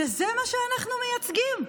שזה מה שאנחנו מייצגים.